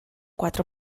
quatre